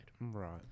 Right